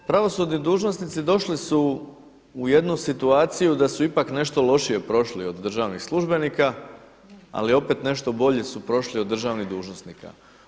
Pravosudni dužnosnici došli su u jednu situaciju da su ipak nešto lošije prošli od državnih službenika ali opet nešto bolje su prošli od državnih dužnosnika.